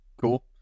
Cool